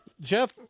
Jeff